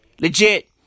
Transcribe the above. Legit